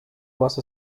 was